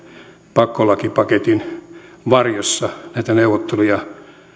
pakkolakipaketin varjossa näitä neuvotteluja